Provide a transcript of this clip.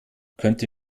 könnte